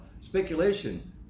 Speculation